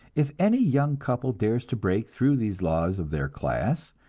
if any young couple dares to break through these laws of their class,